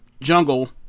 Jungle